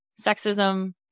sexism